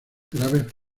graves